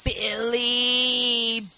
Billy